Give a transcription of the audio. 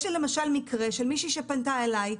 יש לי למשל מקרה של מישהי שפנתה אלי,